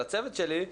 לצוות שלי,